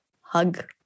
hug